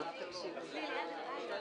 הישיבה ננעלה בשעה